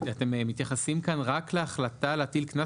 אתם מתייחסים כאן רק להחלטה להטיל קנס